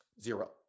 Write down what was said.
Zero